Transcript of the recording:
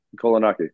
Kolonaki